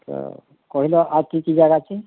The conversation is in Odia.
ତ କହିଲ ଆଉ କି କି ଜାଗା ଅଛି